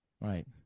Right